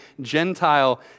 Gentile